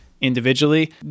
individually